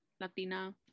Latina